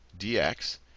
dx